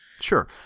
Sure